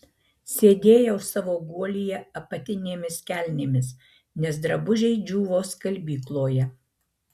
sėdėjau savo guolyje apatinėmis kelnėmis nes drabužiai džiūvo skalbykloje